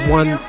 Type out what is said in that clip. one